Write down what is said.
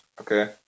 Okay